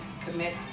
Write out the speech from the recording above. commit